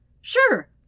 Sure